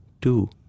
two